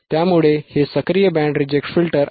त्यामुळे हे सक्रिय बँड रिजेक्ट फिल्टर आहे